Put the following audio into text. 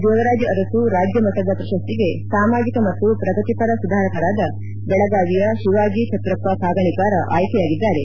ದೇವರಾಜು ಅರಸು ರಾಜ್ಯಮಟ್ಟದ ಪ್ರಶಸ್ತಿಗೆ ಸಾಮಾಜಿಕ ಮತ್ತು ಪ್ರಗತಿಪರ ಸುಧಾರಕರಾದ ಬೆಳಗಾವಿಯ ಶಿವಾಜಿ ಛತ್ರಪ್ಪ ಕಾಗಣಿಕಾರ ಆಯ್ಕೆಯಾಗಿದ್ದಾರೆ